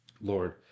Lord